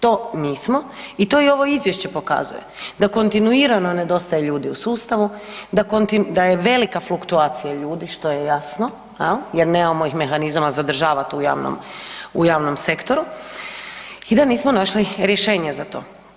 To nismo i to i ovo izvješće pokazuje da kontinuirano nedostaje ljudi u sustavu, da je velika fluktuacija ljudi što je jasno jer nemamo ih mehanizama zadržavat u javnom, u javnom sektoru i da nismo našli rješenje za to.